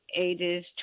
ages